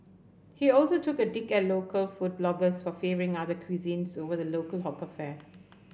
he also took a dig at local food bloggers for favouring other cuisines over the local hawker fare